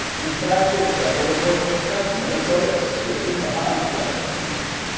in fact, in several important respects, minnesota is slipping behind the rest of the nation.